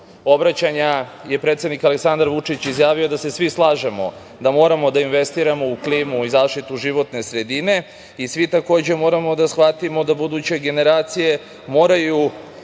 obraćanja je predsednik Aleksandar Vučić izjavio da se svi slažemo da moramo da investiramo u klimu i zaštitu životne sredine i svi takođe moramo da shvatimo da buduće generacije moraju